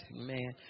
Amen